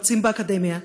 מרצים באקדמיה,